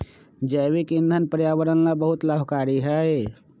जैविक ईंधन पर्यावरण ला बहुत लाभकारी हई